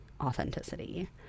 authenticity